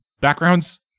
backgrounds